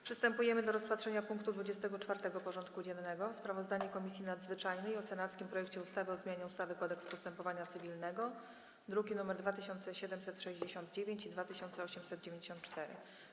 Przystępujemy do rozpatrzenia punktu 24. porządku dziennego: Sprawozdanie Komisji Nadzwyczajnej o senackim projekcie ustawy o zmianie ustawy Kodeks postępowania cywilnego (druki nr 2769 i 2894)